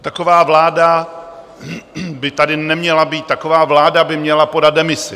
Taková vláda by tady neměla být, taková vláda by měla podat demisi.